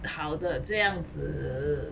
好的这样子